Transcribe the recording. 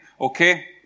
Okay